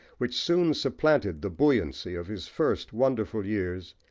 which soon supplanted the buoyancy of his first wonderful years,